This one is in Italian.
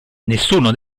nessuno